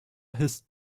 his